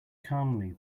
calmly